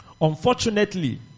Unfortunately